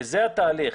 וזה התהליך.